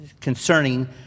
concerning